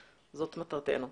זאת מטרתנו.